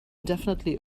definitely